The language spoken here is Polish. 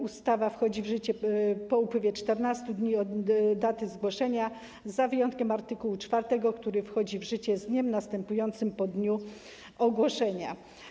Ustawa wchodzi w życie po upływie 14 dni od dnia ogłoszenia, z wyjątkiem art. 4, który wchodzi w życie z dniem następującym po dniu ogłoszenia.